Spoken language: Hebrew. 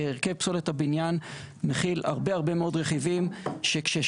הרכב פסולת הבניין מכיל הרבה הרבה מאוד רכיבים שכששופכים